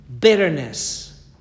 bitterness